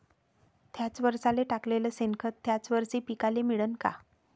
थ्याच वरसाले टाकलेलं शेनखत थ्याच वरशी पिकाले मिळन का?